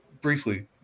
Briefly